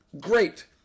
Great